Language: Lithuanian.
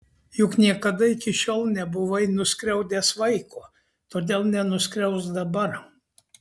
juk niekada iki šiol nebuvai nuskriaudęs vaiko todėl nenuskriausk dabar